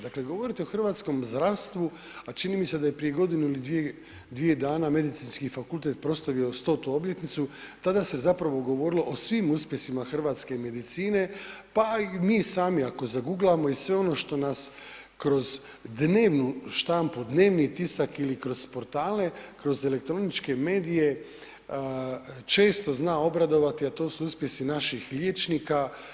Dakle govoriti o hrvatskom zdravstvu a čini mi se da je prije godinu ili dvije dana, Medicinski fakultet proslavio 100.-tu obljetnicu tada se zapravo govorilo o svim uspjesima hrvatske medicine pa i mi sami ako zaguglamo i sve ono što nas kroz dnevnu štampu, dnevni tisak ili kroz portale, kroz elektroničke medije često zna obradovati a to su uspjesi naših liječnika.